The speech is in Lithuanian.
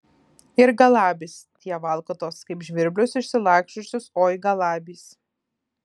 ir galabys tie valkatos kaip žvirblius išsilaksčiusius oi galabys